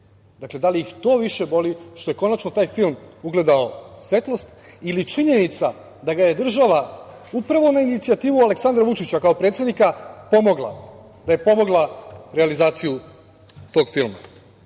dakle, da li ih to više boli, što je konačno taj film ugledao svetlost, ili činjenica da ga je država upravo na inicijativu Aleksandra Vučića kao predsednika pomogla, da je pomogla realizaciju tog filma?